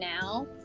now